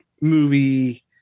movie